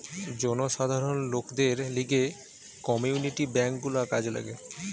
জনসাধারণ লোকদের লিগে কমিউনিটি বেঙ্ক গুলা কাজে লাগে